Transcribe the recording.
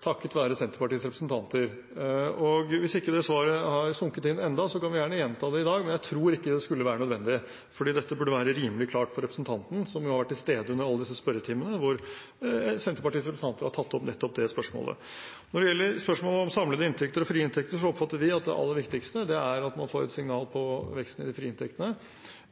takket være Senterpartiets representanter. Hvis ikke det svaret har sunket inn ennå, kan jeg gjerne gjenta det i dag, men jeg tror ikke det skulle være nødvendig, for dette burde være rimelig klart for representanten, som jo var til stede under alle disse spørretimene hvor Senterpartiets representanter har tatt opp nettopp det spørsmålet. Når det gjelder spørsmålet om samlede inntekter og frie inntekter, oppfatter vi at det aller viktigste er at man får et signal om veksten i de frie inntektene.